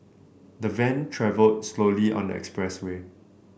the van travel slowly on the expressway